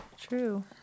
True